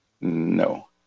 no